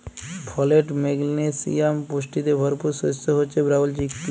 folate, magnesium পুষ্টিতে ভরপুর শস্য হচ্যে ব্রাউল চিকপি